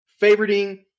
favoriting